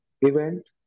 event